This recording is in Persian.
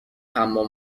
حمام